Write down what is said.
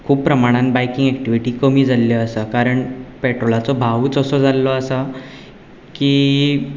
खूब प्रमाणान biking activity कमी जाल्ल्यो आसा कारण पेट्रोलाचो भावच असो जाल्लो आसा की